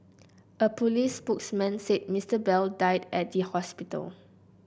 a police spokesman said Mister Bell died at the hospital